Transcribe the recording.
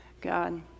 God